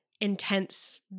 intense